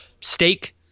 steak